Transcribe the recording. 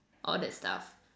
all that stuff